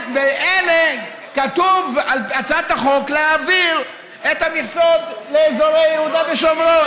כתוב הצעת החוק להעביר את המכסות לאזור יהודה ושומרון.